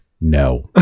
no